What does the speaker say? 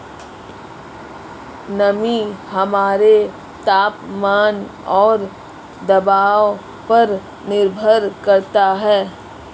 नमी हमारे तापमान और दबाव पर निर्भर करता है